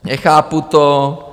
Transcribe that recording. Nechápu to.